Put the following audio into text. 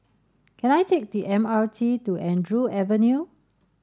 can I take the M R T to Andrew Avenue